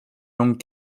langues